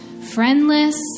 friendless